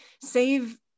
save